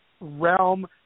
realm